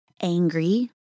angry